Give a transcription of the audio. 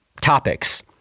topics